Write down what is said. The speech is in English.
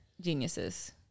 geniuses